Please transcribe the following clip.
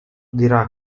dirà